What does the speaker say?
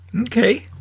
Okay